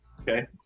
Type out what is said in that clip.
okay